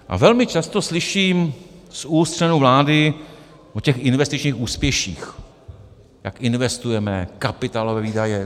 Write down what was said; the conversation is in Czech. A velmi často slyším z úst členů vlády o těch investičních úspěších, jak investujeme kapitálové výdaje.